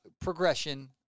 progression